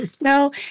No